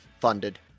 funded